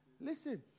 Listen